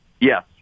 Yes